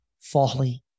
folly